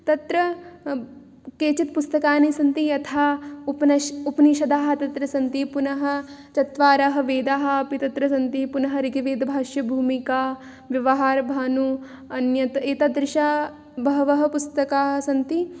तत्र केचित् पुस्तकानि सन्ति यथा उपनिष् उपनिषदः तत्र सन्ति पुनः चत्वारः वेदाः अपि तत्र सन्ति पुनः ऋग्वेदभाष्यभूमिका व्यवहारभानु अन्यत् एतादृशा बहवः पुस्तकानि सन्ति